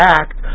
act